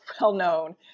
well-known